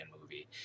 movie